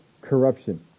corruption